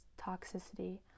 toxicity